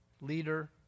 leader